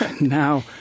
Now